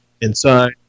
inside